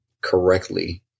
correctly